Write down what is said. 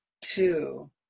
two